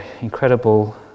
incredible